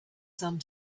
some